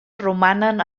romanen